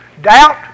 Doubt